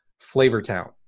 Flavortown